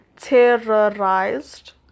terrorized